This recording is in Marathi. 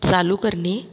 चालू करणी